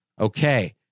Okay